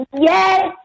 Yes